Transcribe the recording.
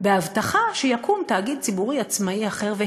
בהבטחה שיקום תאגיד ציבורי עצמאי אחר.